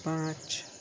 पाँच